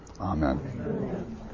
Amen